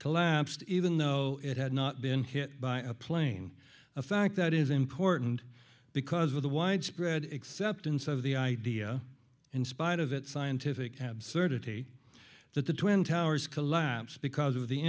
collapsed even though it had not been hit by a plane a fact that is important because of the widespread acceptance of the idea in spite of its scientific absolute a t that the twin towers collapse because of the